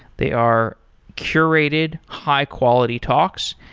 they are curated high-quality talks,